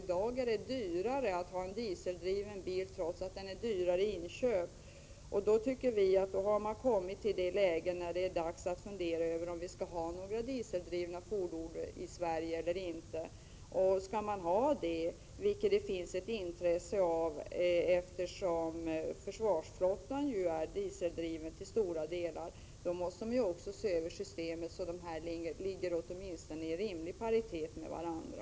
I dag är det så således dyrare att köra en dieseldriven bil, samtidigt som den är dyrare i inköp. I det läget tycker vi att det är dags att fundera över om vi skall ha några dieseldrivna fordon i Sverige eller inte. Skall man ha det, vilket det finns ett intresse av, eftersom försvarsflottan ju till stora delar är dieseldriven, måste man se över systemet så att kostnaderna åtminstone ligger i rimlig paritet med varandra.